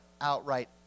outright